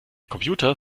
computer